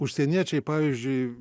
užsieniečiai pavyzdžiui